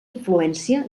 influència